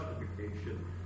justification